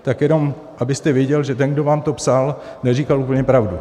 Tak jenom abyste věděl, že ten, kdo vám to psal, neříkal úplně pravdu.